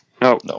No